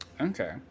Okay